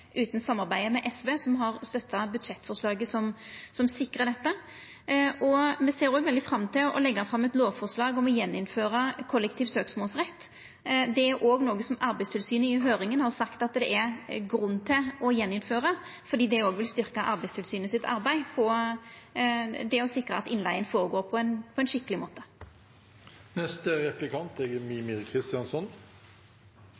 utan samarbeidet med SV, som har støtta budsjettforslaget som sikrar dette. Me ser òg veldig fram til å leggja fram eit lovforslag om å innføra kollektiv søksmålsrett igjen. Det er òg noko som Arbeidstilsynet i høyringa har sagt at det er grunn til å innføra igjen, fordi det òg vil styrka Arbeidstilsynet sitt arbeid for å sikra at innleiga føregår på ein skikkeleg måte. I Rødt er